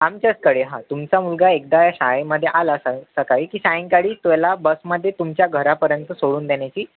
आमच्याचकडे हां तुमचा मुलगा एकदा शाळेमध्ये आला स सकाळी सायंकाळी त्याला बसमध्ये तुमच्या घरापर्यंत सोडून देण्याची